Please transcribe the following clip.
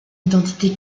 identité